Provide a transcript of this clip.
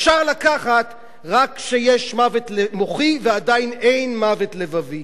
אפשר לקחת רק כשיש מוות מוחי ועדיין אין מוות לבבי.